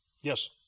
Yes